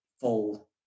full